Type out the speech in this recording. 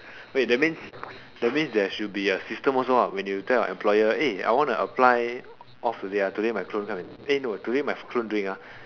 wait that means that means there should a system also ah when you tell your employer eh I wanna apply off today ah today my clone come and eh no today my clone doing ah